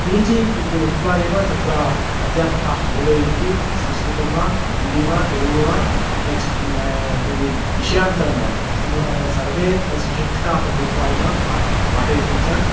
P G क् कृत्वा एव तत्र अध्यापकाः बोधयन्ति संस्कृतं वा हिन्दी वा तेलुगु वा नेक्स्ट् यदि विषयान्तरं वा संस सर्वे तद् सुशिक्षिताः भूत्वा एव पा पाठयन्ति च